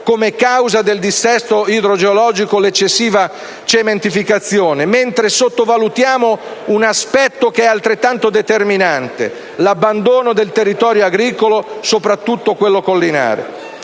come causa del dissesto idrogeologico l'eccessiva cementificazione, mentre sottovalutiamo un aspetto che è altrettanto determinante: l'abbandono del territorio agricolo, soprattutto quello collinare.